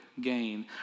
gain